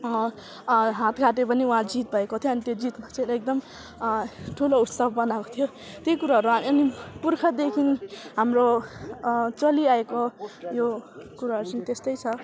हात काटे पनि उहाँ जित भएको थियो अनि त्यो जित पछाडि एकदम ठुलो उत्सव मनाएको थियो त्यही कुराहरू अनि पुर्खादेखि हाम्रो चलिआएको यो कुराहरू चाहिँ त्यस्तै छ